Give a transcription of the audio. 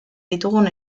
ditugun